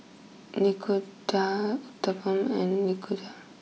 Nikujaga Uthapam and Nikujaga